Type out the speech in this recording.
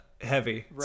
heavy